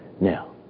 Now